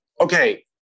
okay